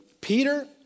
Peter